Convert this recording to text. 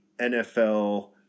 NFL